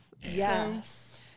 Yes